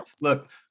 look